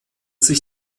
sich